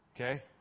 Okay